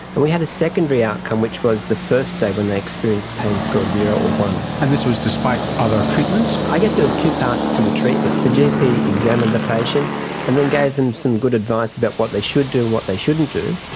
and we had a secondary outcome which was the first day when they experienced a pain score of zero or one. and this was despite other treatments? i guess there was two parts to the treatment. the gp examined the patient and then gave them some good advice about what they should do and what they shouldn't do.